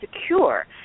secure